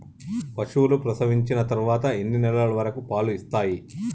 పశువులు ప్రసవించిన తర్వాత ఎన్ని నెలల వరకు పాలు ఇస్తాయి?